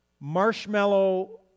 marshmallow